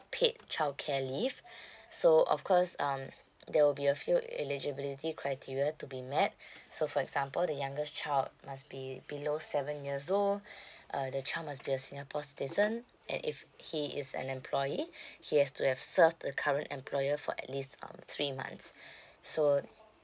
paid childcare leave so of course um there will be a few eligibility criteria to be met so for example the youngest child must be below seven years old uh the child must be a singapore citizen and if he is an employee he has to have served the current employer for at least um three months so